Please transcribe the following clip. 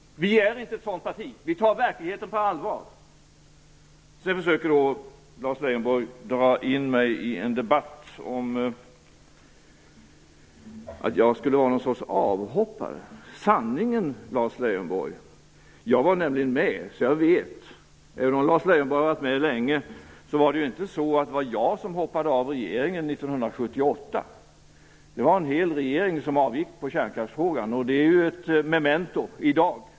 Centern är inte ett sådant parti. Vi tar verkligheten på allvar. Sedan försöker Lars Leijonborg dra in mig i en debatt om att jag skulle vara någon sorts avhoppare. Sanningen, Lars Leijonborg, är följande. Jag var nämligen med, så jag vet. Lars Leijonborg har förvisso varit med länge, men det var inte jag som hoppade av regeringen 1978. Det var ju en hel regering som avgick på kärnkraftsfrågan. Det är ett memento i dag.